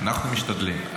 אנחנו משתדלים.